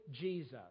Jesus